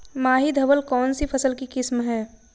माही धवल कौनसी फसल की किस्म है?